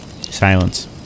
Silence